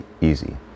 easy